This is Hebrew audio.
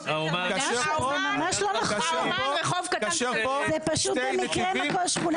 כאשר פה שני נתיבים רק שפה זה שניים ואחד.